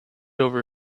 over